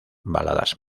baladas